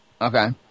okay